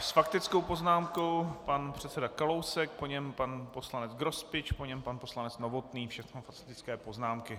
S faktickou poznámkou pan předseda Kalousek, po něm pan poslanec Grospič, po něm pan poslanec Novotný, všechno faktické poznámky.